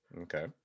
okay